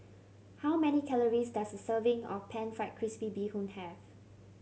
how many calories does a serving of Pan Fried Crispy Bee Hoon have